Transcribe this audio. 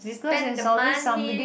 spend the money